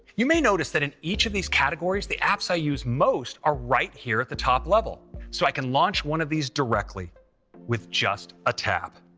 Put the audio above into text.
you may notice that in each of these categories the apps i use most are right here at the top level, so i can launch one of these directly with just a tap.